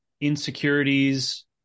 insecurities